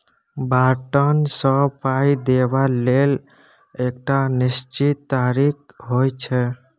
बारंट सँ पाइ देबा लेल एकटा निश्चित तारीख होइ छै